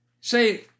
Say